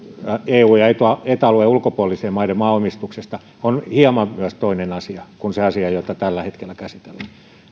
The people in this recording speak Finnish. eu ja eta alueiden ulkopuolisten maiden maaomistuksista on hieman toinen asia kuin se asia jota tällä hetkellä käsitellään